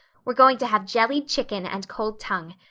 we're going to have jellied chicken and cold tongue.